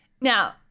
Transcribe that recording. Now